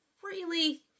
freely